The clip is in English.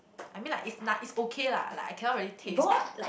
I mean like it's noth~ it's okay lah like I cannot really taste but